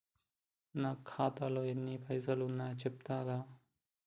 నా ఖాతాలో ఎన్ని పైసలు ఉన్నాయి చెప్తరా?